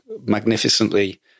magnificently